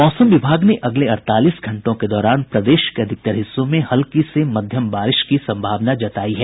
मौसम विभाग ने अगले अड़तालीस घंटों के दौरान प्रदेश के अधिकतर हिस्सों में हल्की से मध्यम बारिश की संभावना जतायी है